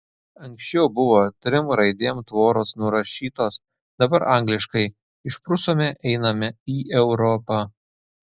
anksčiau buvo trim raidėm tvoros nurašytos dabar angliškai išprusome einame į europą